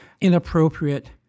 inappropriate